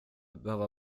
behöva